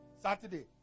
Saturday